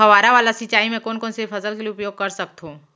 फवारा वाला सिंचाई मैं कोन कोन से फसल के लिए उपयोग कर सकथो?